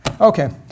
Okay